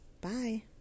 Bye